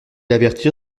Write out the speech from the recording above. avertir